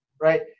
right